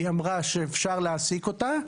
היא אמרה שאפשר להעסיק אותה.